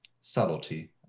subtlety